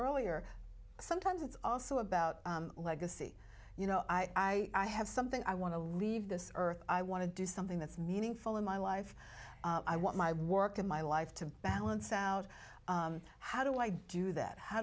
earlier sometimes it's also about legacy you know i i have something i want to leave this earth i want to do something that's meaningful in my life i want my work in my life to balance out how do i do that how